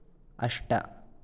अष्ट